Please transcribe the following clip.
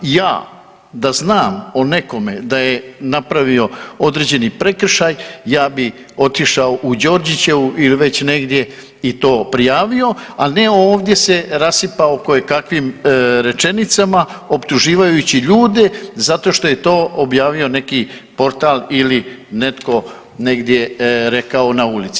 Ja da znam o nekome da je napravio određeni prekršaj ja bih otišao u Đorđićevu ili već negdje i to prijavio, a ne ovdje se rasipao kojekakvim rečenicama optužujući ljude zato što je to objavio neki portal ili netko negdje rekao na ulici.